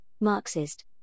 Marxist